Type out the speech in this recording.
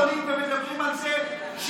ומכיוון שאתמול ושלשום עולים ומדברים על זה שאי-אפשר